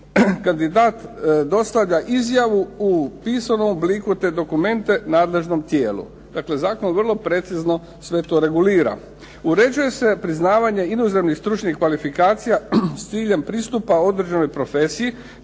kandidat dostavlja izjavu u pisanom obliku, te dokumente nadležnom tijelu. Dakle, zakon vrlo precizno sve to regulira. Uređuje se priznavanje inozemnih stručnih kvalifikacija s ciljem pristupa određenoj profesiji,